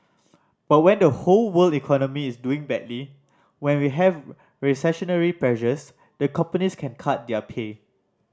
but when the whole world economy is doing badly when we have recessionary pressures the companies can cut their pay